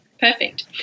Perfect